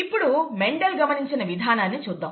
ఇప్పుడు మెండల్ గమనించిన విధానాన్ని చూద్దాం